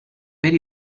per